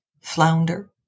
flounder